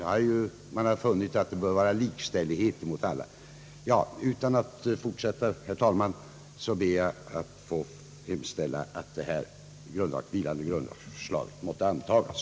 Man har funnit att det bör vara likadant för alla. Herr talman! Jag ber att få hemställa att det vilande grundlagsändringsförslaget måtte antagas.